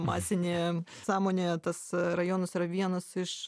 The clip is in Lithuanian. masinėje sąmonėje tas rajonas yra vienas iš